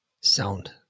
sound